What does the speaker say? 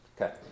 Okay